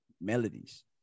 melodies